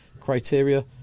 criteria